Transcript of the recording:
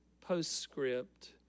postscript